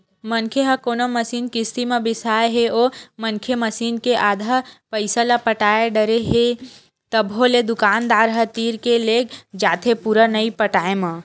मनखे ह कोनो मसीन किस्ती म बिसाय हे ओ मनखे मसीन के आधा पइसा ल पटा डरे हे तभो ले दुकानदार ह तीर के लेग जाथे पुरा नइ पटाय म